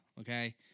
okay